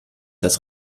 das